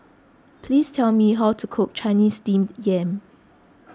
please tell me how to cook Chinese Steamed Yam